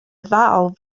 ddal